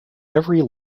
every